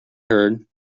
heard